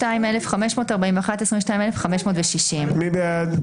22,561 עד 22,580. מי בעד?